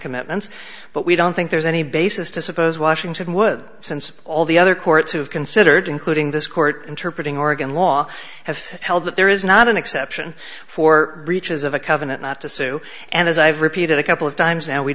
commitments but we don't think there's any base as to suppose washington would since all the other courts who have considered including this court interpret in oregon law have held that there is not an exception for breaches of a covenant not to sue and as i've repeated a couple of times now we